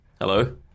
Hello